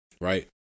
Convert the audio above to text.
right